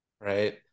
right